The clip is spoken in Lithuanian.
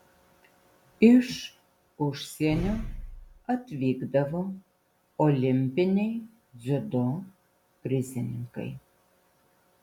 iš užsienio atvykdavo olimpiniai dziudo prizininkai